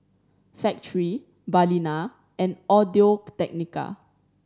Factorie Balina and Audio Technica